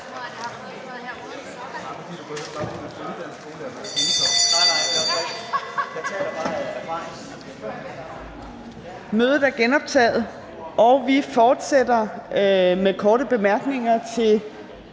Mødet er genoptaget. Vi fortsætter med korte bemærkninger til